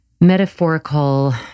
metaphorical